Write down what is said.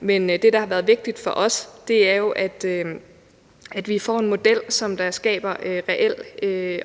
Men det, der har været vigtigt for os, er, at vi får en model, som skaber reel